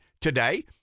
today